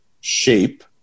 shape